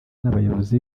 n’abayobozi